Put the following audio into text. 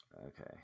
Okay